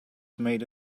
made